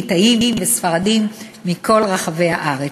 ליטאים וספרדים מכל רחבי הארץ.